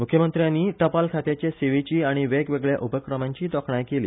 मुख्यमंत्र्यांन टपाल खात्याच्या सेवेची आनी वेगवेगळ्या उपक्रमांचीय तोखणाय केली